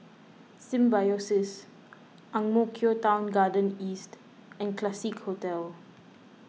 Symbiosis Ang Mo Kio Town Garden East and Classique Hotel